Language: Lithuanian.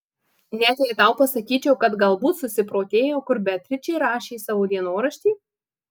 net jei tau pasakyčiau kad galbūt susiprotėjau kur beatričė rašė savo dienoraštį